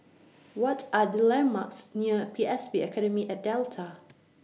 What Are The landmarks near P S B Academy At Delta